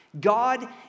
God